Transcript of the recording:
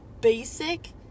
basic